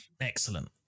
Excellent